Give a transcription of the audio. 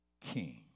king